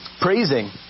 Praising